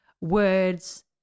words